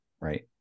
right